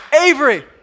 Avery